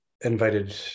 invited